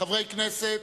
חברי כנסת,